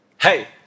hey